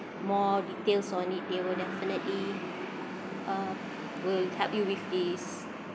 more details on it they will definitely uh will help you with this